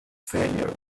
failure